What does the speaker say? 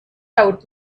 out